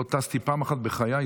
לא טסתי פעם אחת בחיי.